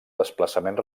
desplaçament